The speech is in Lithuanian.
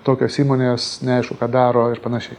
tokios įmonės neaišku ką daro ir panašiai